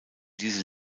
diese